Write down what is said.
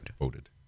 voted